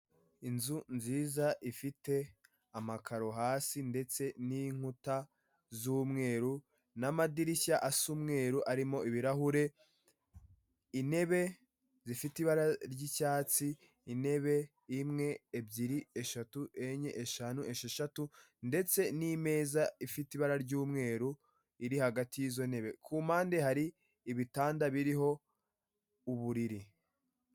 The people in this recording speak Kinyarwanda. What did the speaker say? Inzu nziza ifite amakaro hasi ndetse n'inkuta z'umweru n'amadirishya asa umweru arimo ibirahure, intebe zifite ibara ry'icyatsi intebe imwe ebyiri eshatu enye eshanu esheshatu ndetse n'imeza ifite ibara ry'umweru iri hagati y'izo ntebe, ku mpande hari ibitanda biriho uburiri.